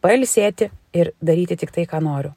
pailsėti ir daryti tik tai ką noriu